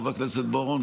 חבר הכנסת בוארון,